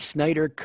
Snyder